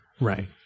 Right